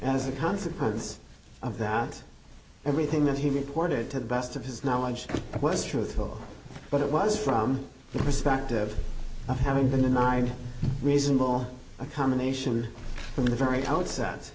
as a consequence of that everything that he reported to the best of his knowledge was truthful but it was from the perspective of having been denied reasonable accommodation from the very outset